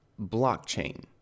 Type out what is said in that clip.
Blockchain